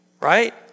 right